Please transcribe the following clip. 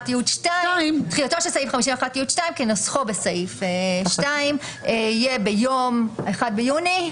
--- תחילתו של סעיף 51י(2) כנוסחו בסעיף (2) יהיה ביום 1 ביוני?